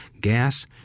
gas